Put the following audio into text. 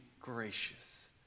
gracious